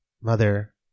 mother